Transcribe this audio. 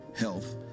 Health